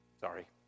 Sorry